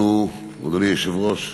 אנחנו, אדוני היושב-ראש,